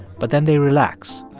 but then they relax.